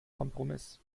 kompromiss